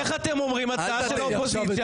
איך אתם אומרים הצעה של האופוזיציה,